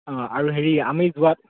অঁ আৰু হেৰি আমি যোৱাত